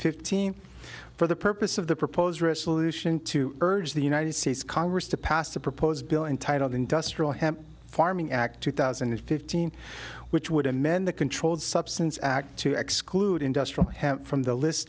fifteen for the purpose of the proposed resolution to urge the united states congress to pass a proposed bill entitled industrial hemp farming act two thousand and fifteen which would amend the controlled substance act to exclude industrial hemp from the list